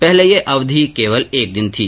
पहले यह अवधि केवल एक दिन थी